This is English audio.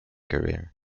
career